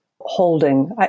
holding